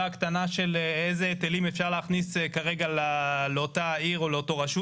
הקטנה של איזה היטלים אפשר להכניס כרגע לאותה עיר או לאותה רשות.